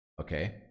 Okay